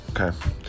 Okay